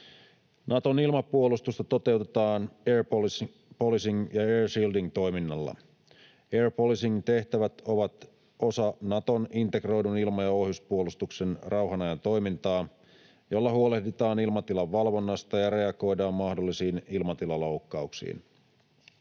Naton ilmapuolustusta toteutetaan air policing ja air shielding - toiminnalla. Air policingin tehtävät ovat osa Naton integroidun ilma- ja ohjuspuolustuksen rauhan ajan toimintaa, jolla huolehditaan ilmatilan valvonnasta ja reagoidaan mahdollisiin ilmatilaloukkauksiin.